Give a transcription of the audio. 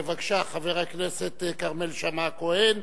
בבקשה, חבר הכנסת כרמל שאמה-הכהן,